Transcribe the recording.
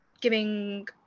giving